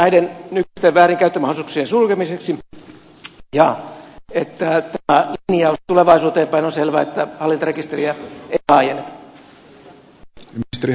ryhtyykö hallitus toimiin näiden nykyisten väärinkäyttömahdollisuuksien sulkemiseksi ja onko tämä linjaus tulevaisuuteen päin selvä että hallintarekisteriä ei laajenneta